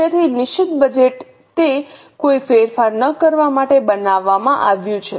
તેથી નિશ્ચિત બજેટ તે કોઈ ફેરફાર ન કરવા માટે બનાવવામાં આવ્યું છે